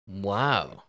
Wow